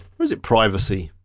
or is it privacy,